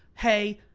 hey,